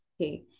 Okay